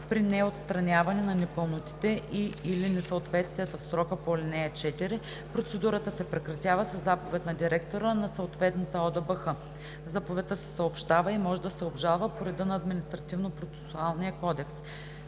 При неотстраняване на непълнотите и/или несъответствията в срока по ал. 4 процедурата се прекратява със заповед на директора на съответната ОДБХ. Заповедта се съобщава и може да се обжалва по реда на Административнопроцесуалния кодекс.